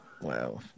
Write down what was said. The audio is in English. wow